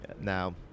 now